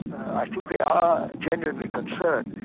i think they are genuinely concerned,